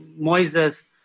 Moises